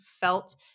felt